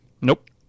Nope